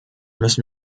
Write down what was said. müssen